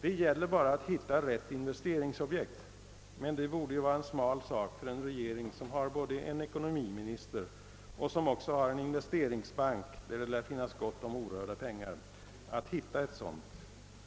Det gäller bara att hitta rätt investeringsobjekt, men detta borde ju vara enkelt för en regering som har både en 'ekonomiminister och en investeringsbank där det lär finnas gott om orörda pengar.